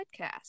podcast